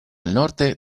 norte